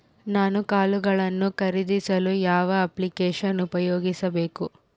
ನಾನು ಕಾಳುಗಳನ್ನು ಖರೇದಿಸಲು ಯಾವ ಅಪ್ಲಿಕೇಶನ್ ಉಪಯೋಗಿಸಬೇಕು?